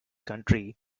country